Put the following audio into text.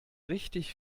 richtig